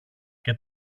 και